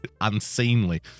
unseemly